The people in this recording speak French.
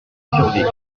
survécu